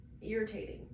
irritating